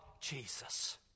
Jesus